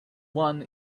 one